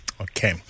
Okay